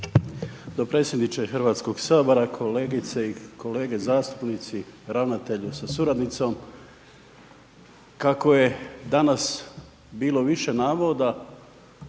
dopredsjedniče Hrvatskog sabora, kolegice i kolege zastupnici, ravnatelju sa suradnicom. Kako je danas bilo više navoda,